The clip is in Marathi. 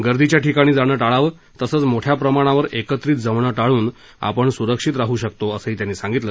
गर्दीच्या ठिकाणी जाणं शाळावं तसच मोठ्या प्रमाणावर एकत्रित जमणं शाळून आपण स्रक्षित राह शकतो असही त्यांनी सांगितलं